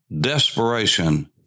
desperation